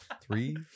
three